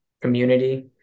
community